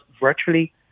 virtually